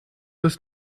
ist